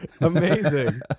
Amazing